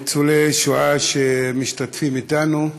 ניצולי השואה שמשתתפים אתנו,